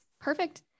perfect